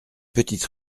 petite